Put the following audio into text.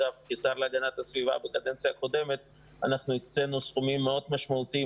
כשר להגנת הסביבה בקדנציה הקודמת הקצינו סכומים מאוד משמעותיים